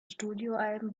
studioalben